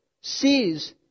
sees